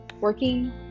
working